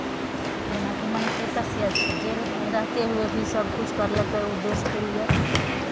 जेनाकि मनीषे कश्यप छै जेलमे रहिते हुए भी सभकिछु करलकै ओ देशके लिए